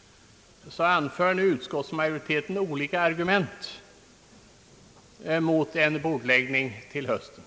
— anför nu utskottsmajoriteten olika argument mot en bordläggning av ärendet till hösten.